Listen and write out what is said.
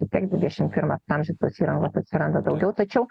vistiek dvidešim pirmas amžius tos įrangos atsiranda daugiau tačiau